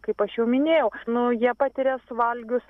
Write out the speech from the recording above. kaip aš jau minėjau nu jie patiria suvalgius